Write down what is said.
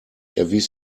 erwies